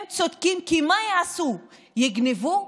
הם צודקים, כי מה יעשו, יגנבו?